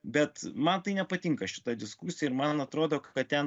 bet man tai nepatinka šita diskusija ir man atrodo kad ten